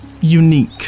unique